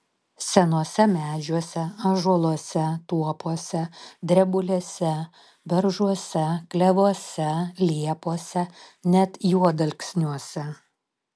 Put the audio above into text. senuose medžiuose ąžuoluose tuopose drebulėse beržuose klevuose liepose net juodalksniuose